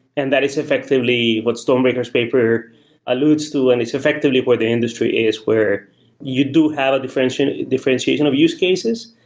and that is effectively what stonebraker s paper alludes to and is effectively what the industry is, where you do have a differentiation differentiation of use cases.